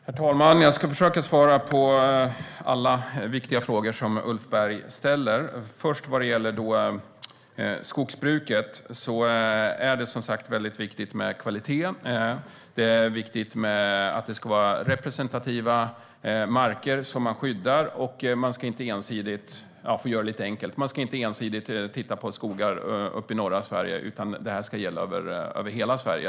Herr talman! Jag ska försöka svara på alla viktiga frågor som Ulf Berg ställer. Först gäller det skogsbruket. Det är som sagt viktigt med kvalitet, och det är viktigt att det ska vara representativa marker som man skyddar. För att göra det lite enkelt: Man ska inte ensidigt titta på skogar uppe i norra Sverige, utan det här ska gälla över hela Sverige.